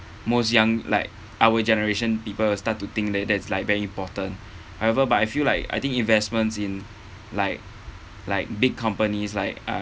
most young like our generation people will start to think like that's like very important however but I feel like I think investments in like like big companies like uh